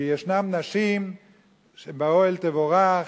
כי יש נשים שבאוהל תבורך,